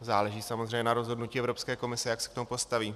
Záleží samozřejmě na rozhodnutí Evropské komise, jak se k tomu postaví.